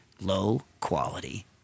low-quality